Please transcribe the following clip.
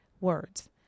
words